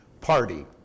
party